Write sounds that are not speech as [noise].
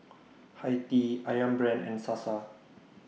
[noise] Hi Tea Ayam Brand and Sasa